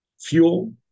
fuel